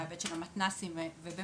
בהיבט של המתנ״סים וכולי.